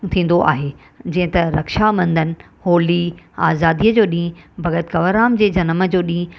थींदो आहे जीअं त रक्षाबंधन होली आज़ादीअ जो ॾींहुं भॻत कंवरराम जे जनम जो ॾींहुं